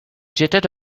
jetted